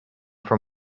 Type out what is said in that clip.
from